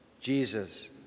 Jesus